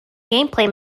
gameplay